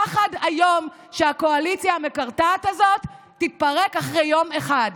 פחד איום שהקואליציה המקרטעת הזאת תתפרק אחרי יום אחד.